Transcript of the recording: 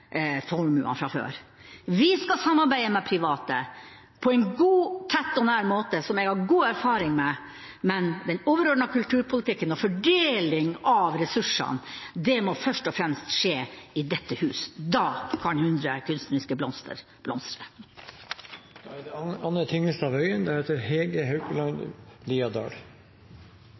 formuene fra før. Vi skal samarbeide med private på en god, tett og nær måte, som jeg har god erfaring med, men den overordnede kulturpolitikken og fordelingen av ressursene må først og fremst skje i dette hus – da kan hundre kunstneriske blomster